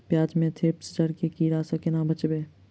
प्याज मे थ्रिप्स जड़ केँ कीड़ा सँ केना बचेबै?